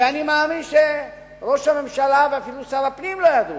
ואני מאמין שראש הממשלה ואפילו שר הפנים לא ידעו,